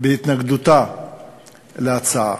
בהתנגדותה להצעה.